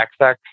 XX